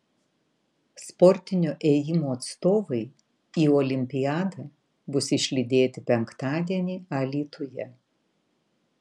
sportinio ėjimo atstovai į olimpiadą bus išlydėti penktadienį alytuje